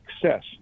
success